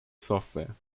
software